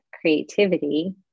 creativity